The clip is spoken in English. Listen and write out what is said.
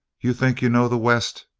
you think you know the west,